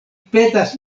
petas